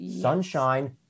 Sunshine